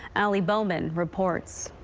alley bowman reports.